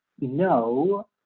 no